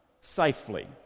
safely